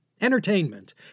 entertainment